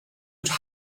would